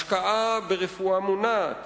השקעה ברפואה מונעת,